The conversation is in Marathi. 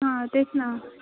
हां तेच ना